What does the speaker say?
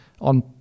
on